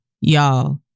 y'all